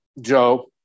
Joe